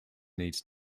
needs